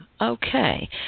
Okay